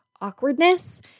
awkwardness